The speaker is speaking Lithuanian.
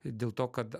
ir dėl to kad